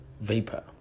vapor